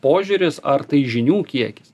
požiūris ar tai žinių kiekis